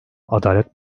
adalet